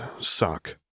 suck